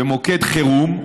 במוקד חירום,